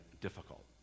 difficult